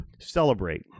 celebrate